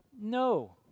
No